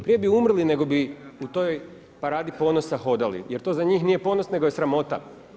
Prije bi umrli nego bi u toj paradi ponosa hodali, jer to za njih nije ponos nego sramota.